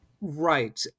Right